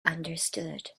understood